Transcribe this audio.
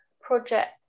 project